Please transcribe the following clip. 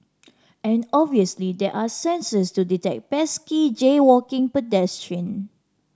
and obviously there are sensors to detect pesky jaywalking pedestrian